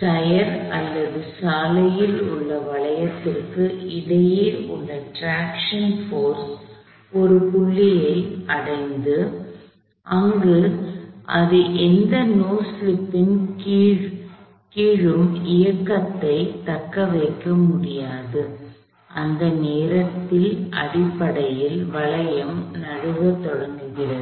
tyre அல்லது சாலையில் உள்ள வளையத்திற்கு இடையே உள்ள ட்ராக்ஷன் போர்ஸ் ஒரு புள்ளியை அடைந்தது அங்கு அது எந்த நோ ஸ்லிப்பின் கீழும் இயக்கத்தைத் தக்கவைக்க முடியாது அந்த நேரத்தில் அடிப்படையில் வளையம் நழுவத் தொடங்கியது